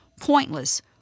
pointless